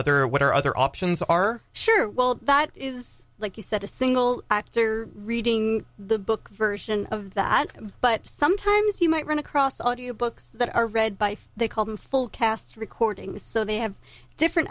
other what are other options are sure well that is like you said a single actor reading the book version of that but sometimes you might run across audio books that are read by they called in full cast recordings so they have different